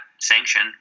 sanction